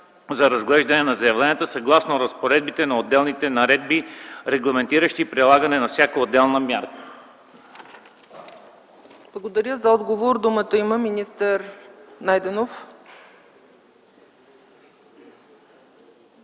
за разглеждане на заявленията съгласно разпоредбите на отделните наредби, регламентиращи прилагането на всяка отделна мярка?